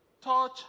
Touch